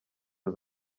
los